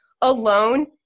alone